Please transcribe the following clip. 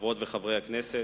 חברות וחברי הכנסת,